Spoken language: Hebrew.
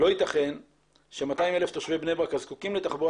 לא יתכן ש-200,000 תושבי בני ברק הזקוקים לתחבורה